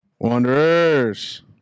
Wanderers